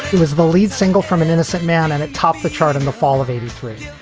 was the lead single from an innocent man and it topped the charts in the fall of eighty three.